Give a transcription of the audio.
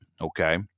Okay